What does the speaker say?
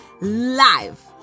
live